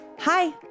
Hi